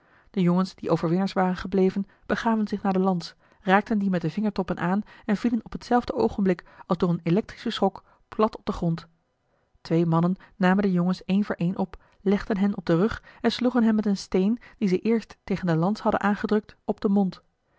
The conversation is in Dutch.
de jongens die overwinnaars waren gebleven begaven zich naar de lans raakten die met de vingertoppen aan en vielen op hetzelfde oogenblik als door een elektrischen schok plat op den grond twee mannen namen de jongens een voor een op legden hen op den rug en sloegen hen met een steen dien ze eerst tegen de lans hadden aangedrukt op den mond